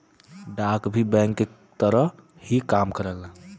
डाक भी बैंक के तरह ही काम करेला